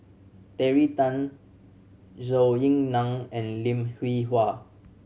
Terry Tan Zhou Ying Nan and Lim Hwee Hua